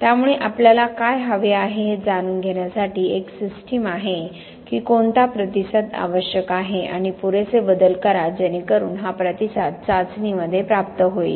त्यामुळे आपल्याला काय हवे आहे हे जाणून घेण्यासाठी एक सिस्टम आहे की कोणता प्रतिसाद आवश्यक आहे आणि पुरेसे बदल करा जेणेकरून हा प्रतिसाद चाचणीमध्ये प्राप्त होईल